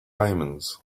diamonds